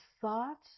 thoughts